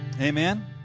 Amen